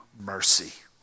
mercy